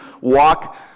walk